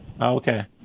Okay